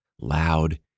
loud